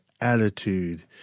attitude